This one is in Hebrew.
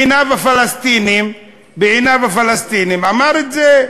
בעיניו הפלסטינים, אמר את זה,